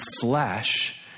flesh